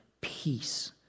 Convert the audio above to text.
peace